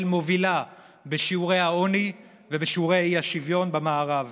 מובילה בשיעורי העוני ובשיעורי האי-שוויון במערב.